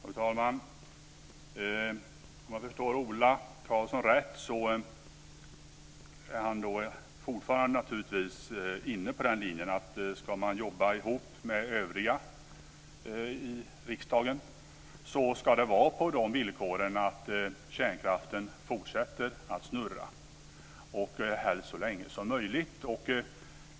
Fru talman! Om jag förstår Ola Karlsson rätt är han naturligtvis fortfarande inne på den linjen att ska man jobba ihop med övriga i riksdagen ska det vara på villkor att kärnkraften fortsätter att snurra, helst så länge som möjligt.